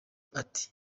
ati